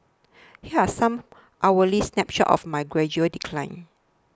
here are some hourly snapshots of my gradual decline